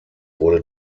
wurde